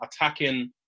attacking